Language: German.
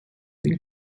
den